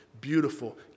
beautiful